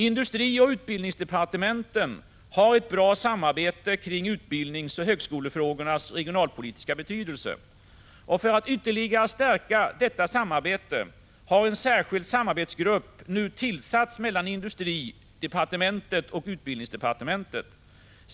Industrioch utbildningsdepartementen har ett bra samarbete kring utbildningsoch högskolefrågornas regionalpolitiska betydelse. För att ytterligare stärka detta samarbete har en särskild samarbetsgrupp nu tillsatts mellan industridepartementet och utbildningsdepartementet.